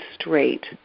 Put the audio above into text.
straight